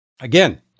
Again